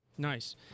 Nice